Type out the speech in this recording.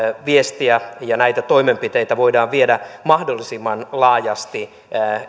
viestiä ja näitä toimenpiteitä voidaan viedä mahdollisimman laajasti